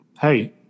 hey